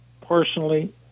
personally